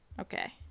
okay